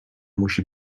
musi